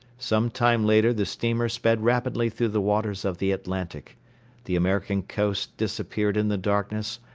some time later the steamer sped rapidly through the waters of the atlantic the american coast disappeared in the darkness,